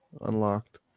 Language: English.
unlocked